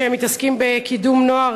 שמתעסקים בקידום נוער,